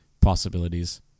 possibilities